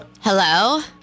Hello